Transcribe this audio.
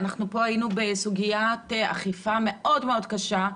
היינו בסוגיית אכיפה מאוד קשה,